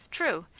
true.